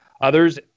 Others